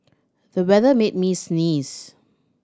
the weather made me sneeze